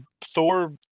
Thor